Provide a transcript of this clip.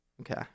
Okay